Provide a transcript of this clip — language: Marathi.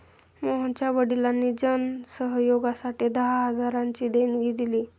मोहनच्या वडिलांनी जन सहयोगासाठी दहा हजारांची देणगी दिली